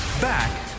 Back